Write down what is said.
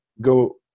go